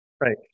Right